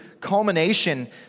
culmination